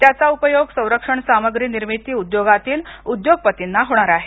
त्याचा उपयोग संरक्षण सामग्री निर्मिती उद्योगातील उद्योगपतींना होणार आहे